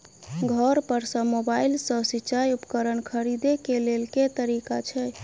घर पर सऽ मोबाइल सऽ सिचाई उपकरण खरीदे केँ लेल केँ तरीका छैय?